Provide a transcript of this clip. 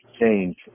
change